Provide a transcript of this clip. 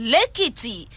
Lekiti